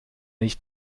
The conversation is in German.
nicht